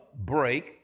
break